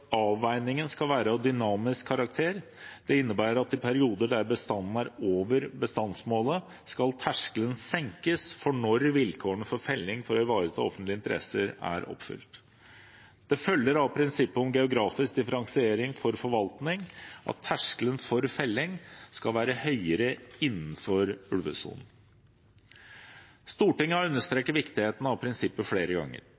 avveiningen skal være av dynamisk karakter. Det innebærer at i perioder der bestanden er over bestandsmålet, skal terskelen senkes for når vilkårene for felling for å ivareta offentlige interesser er oppfylt. Det følger av prinsippet om geografisk differensiert forvaltning at terskelen for felling skal være høyere innenfor ulvesonen. Stortinget har understreket viktigheten av prinsippet flere ganger.